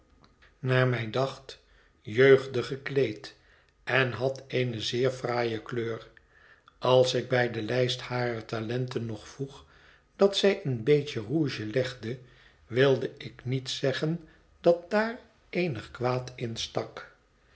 naar mij dacht jeugdig gekleed en had eene zeer fraaie kleur als ik bij de lijst harer talenten nog voeg dat zij een beetje rouge legde wil ik niet zeggen dat daar eenig kwaad in stak